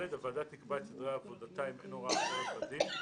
הוועדה תקבע את סדרי עבודתה אם אין הוראה אחרת בדין.